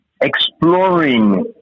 exploring